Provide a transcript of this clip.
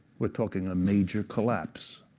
we're talking a major collapse.